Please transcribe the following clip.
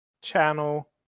channel